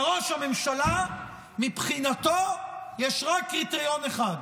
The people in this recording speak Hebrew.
לראש הממשלה, מבחינתו, יש רק קריטריון אחד,